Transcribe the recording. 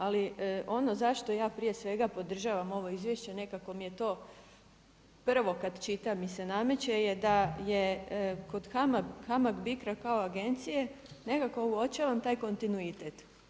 Ali ono zašto ja prije svega podržavam ovo izvješće, nekako mi je to prvo kada čitam mi se nameće da je kod HAMAG BICRO-a kao agencije nekako uočavam taj kontinuitet.